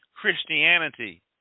Christianity